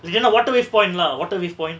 you cannot waterway point lah waterway point